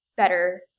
better